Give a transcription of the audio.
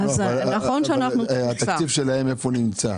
איפה נמצא התקציב שלהם?